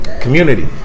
Community